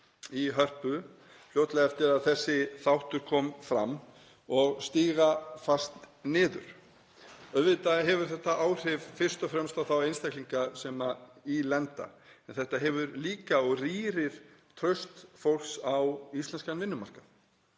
í Hörpu fljótlega eftir að þessi þáttur kom fram og stíga fast niður. Auðvitað hefur þetta áhrif fyrst og fremst á þá einstaklinga sem í þessu lenda en þetta hefur líka áhrif á og rýrir traust fólks á íslenskan vinnumarkað.